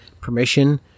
permission